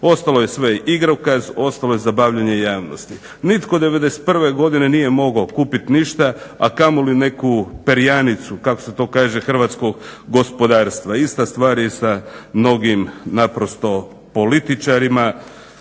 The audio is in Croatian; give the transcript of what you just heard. Ostalo je sve igrokaz, ostalo je zabavljanje javnosti. Nitko '91. godine nije mogao kupiti ništa, a kamoli neku perjanicu kako se to kaže hrvatskog gospodarstva. Ista stvar je i sa mnogim naprosto političarima.